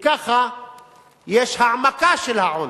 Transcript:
וככה יש העמקה של העוני.